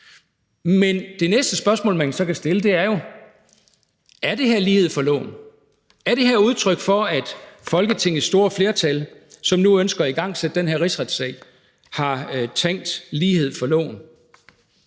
Men det næste spørgsmål, man så kan stille, er jo: Er det her lighed for loven? Er det her udtryk for, at Folketingets store flertal, som nu ønsker at igangsætte den her rigsretssag, har tænkt lighed for loven?